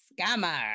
scammer